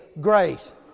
grace